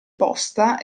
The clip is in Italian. posta